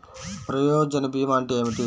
ప్రయోజన భీమా అంటే ఏమిటి?